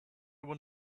one